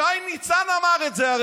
שי ניצן הרי אמר את זה.